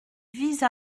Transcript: vise